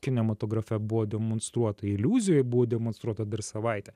kinematografe buvo demonstruota iliuzijoj buvo demonstruota dar savaitę